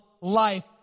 life